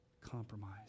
compromise